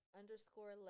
underscore